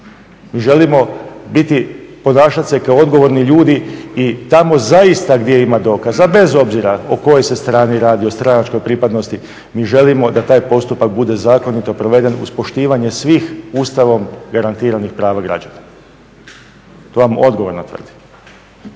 mi želimo biti, ponašati se kao odgovorni ljudi i tamo zaista gdje ima dokaza, bez obzira o kojoj se strani radi, o stranačkoj pripadnosti, mi želimo da taj postupak bude zakonito proveden uz poštivanje svih Ustavom garantiranih prava građana. To vam odgovorno tvrdim.